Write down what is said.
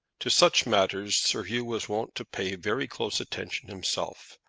to such matters sir hugh was wont to pay very close attention himself.